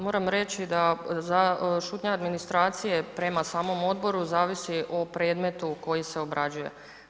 Pa moram reći da za šutnju administracije prema samom odboru zavisi o predmetu koji se obrađuje.